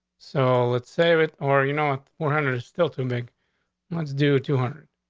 so let's save it or, you know, more. hundreds still to make let's do two hundred.